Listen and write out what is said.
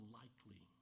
likely